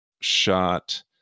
shot